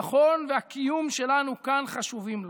הביטחון והקיום שלנו כאן חשובים לו.